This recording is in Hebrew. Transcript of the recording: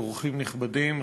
אורחים נכבדים,